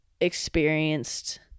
experienced